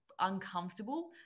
uncomfortable